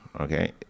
Okay